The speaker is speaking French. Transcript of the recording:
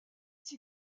six